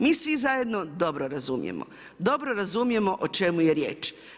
Mi svi zajedno dobro razumijemo, dobro razumijemo o čemu je riječ.